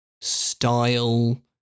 style